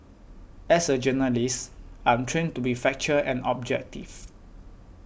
as a journalist I'm trained to be factual and objectives